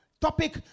topic